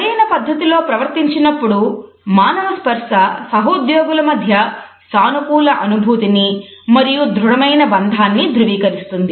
సరైన పద్ధతి లో ప్రవర్తించినప్పుడు మానవ స్పర్స సహోద్యోగుల మధ్య సానుకూల అనుభూతిని మరియు దృఢమైన బంధాన్ని ధృవీకరిస్తుంది